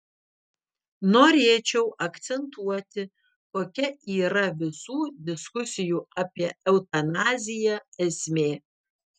norėčiau akcentuoti kokia yra visų diskusijų apie eutanaziją esmė